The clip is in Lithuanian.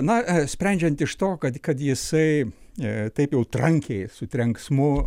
na sprendžiant iš to kad kad jisai ne taip jau trankiai su trenksmu